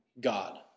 God